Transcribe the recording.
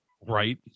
Right